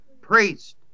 Priest